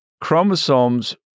chromosomes